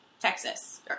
Texas